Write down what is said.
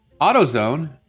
AutoZone